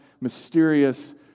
mysterious